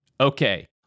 Okay